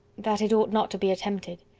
that it ought not to be attempted.